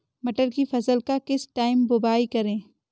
मटर की फसल का किस टाइम बुवाई करें?